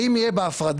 האם יהיה בהפרדה